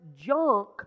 junk